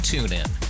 TuneIn